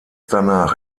danach